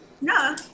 No